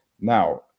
Now